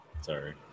Sorry